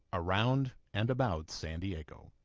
around and about san diego.